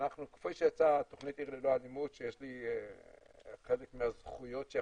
שכפי שיצאה תכנית עיר ללא אלימות שיש לי חלק מהזכויות שהיא